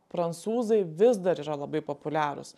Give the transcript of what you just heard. prancūzai vis dar yra labai populiarūs